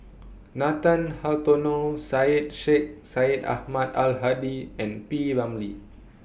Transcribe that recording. Nathan Hartono Syed Sheikh Syed Ahmad Al Hadi and P Ramlee